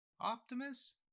Optimus